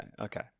okay